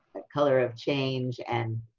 color of change and